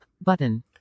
button